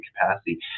capacity